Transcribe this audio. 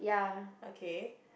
okay